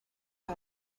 dda